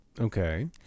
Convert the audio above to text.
Okay